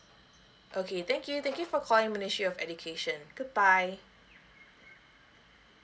okay thank you thank you for calling ministry of education good bye